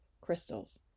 crystals